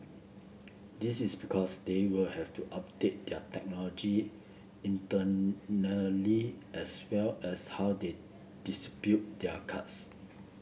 this is because they will have to update their technology internally as well as how they dispute their cars